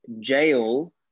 jail